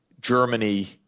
Germany